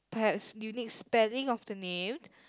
perhaps unique spelling of the name